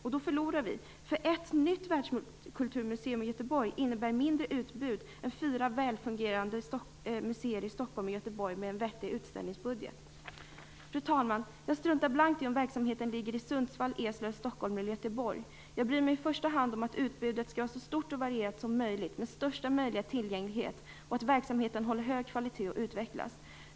Och då förlorar vi, därför att ett nytt världskulturmuseum i Göteborg innebär mindre utbud än fyra välfungerande museer i Stockholm och Göteborg med en vettig utställningsbudget. Fru talman! Jag struntar blankt i om verksamheten ligger i Sundsvall, Eslöv, Stockholm eller Göteborg. Jag bryr mig i första hand om att utbudet skall vara så stort och varierat som möjligt - med största möjliga tillgänglighet - och att verksamheten håller hög kvalitet och utvecklas.